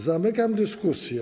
Zamykam dyskusję.